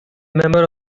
member